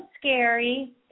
scary